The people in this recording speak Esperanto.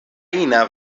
ina